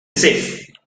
safe